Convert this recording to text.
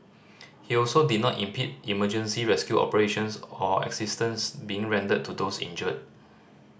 he also did not impede emergency rescue operations or assistance being rendered to those injured